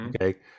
okay